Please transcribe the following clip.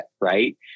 Right